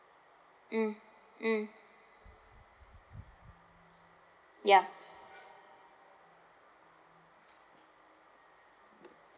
mm mm ya